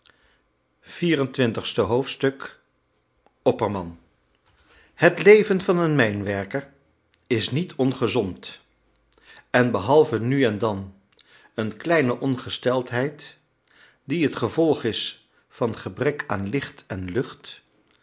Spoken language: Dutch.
opperman het leven van een mijnwerker is niet ongezond en behalve nu en dan een kleine ongesteldheid die het gevolg is van gebrek aan licht en lucht